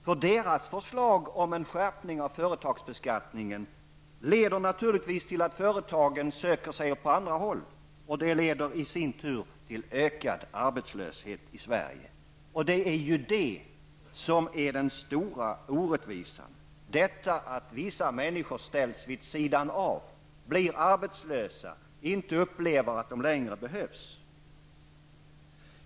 Vänsterpartiets förslag om en skärpning av företagsbeskattningen leder naturligtvis till att företagen söker sig på andra håll, vilket i sin tur leder till ökad arbetslöshet i Sverige. Det är detta som är den stora orättvisan, att vissa människor ställs vid sidan av, blir arbetslösa och upplever att de inte längre behövs.